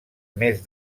més